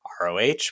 ROH